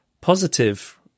positive